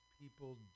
people